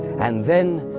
and then,